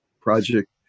Project